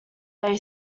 they